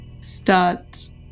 start